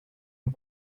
and